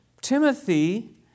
Timothy